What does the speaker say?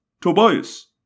Tobias